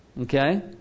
okay